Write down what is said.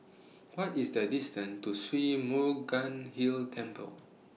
What IS The distance to Sri Murugan Hill Temple